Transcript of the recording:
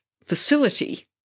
facility